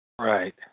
Right